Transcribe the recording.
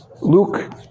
Luke